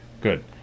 good